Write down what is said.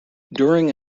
during